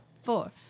four